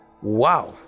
Wow